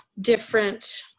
different